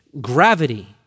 gravity